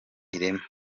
ireme